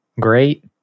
great